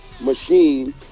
machine